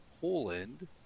Poland